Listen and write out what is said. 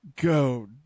go